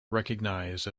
recognized